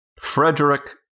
Frederick